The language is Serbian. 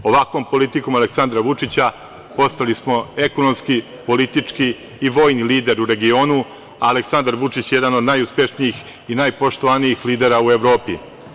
Ovakvom politikom Aleksandra Vučića postali smo ekonomski, politički i vojni lider u regionu, a Aleksandar Vučić jedan od najuspešnijih i najpoštovanijih lidera u Evropi.